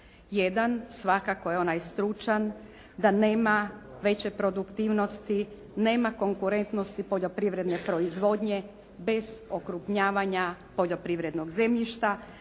Jedan svakako je onaj stručan da nema veće produktivnosti, nema konkurentnosti poljoprivredne proizvodnje bez okrupnjavanja poljoprivrednog zemljišta.